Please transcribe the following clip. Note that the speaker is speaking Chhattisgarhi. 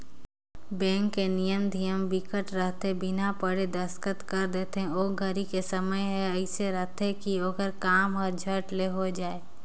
बेंक के नियम धियम बिकट रहिथे बिना पढ़े दस्खत कर देथे ओ घरी के समय हर एइसे रहथे की ओखर काम हर झट ले हो जाये